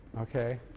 Okay